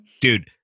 Dude